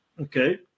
Okay